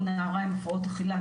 או נערה עם הפרעות אכילה,